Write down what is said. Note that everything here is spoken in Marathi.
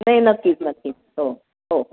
नाही नक्कीच नक्कीच हो हो